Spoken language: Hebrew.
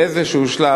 באיזשהו שלב,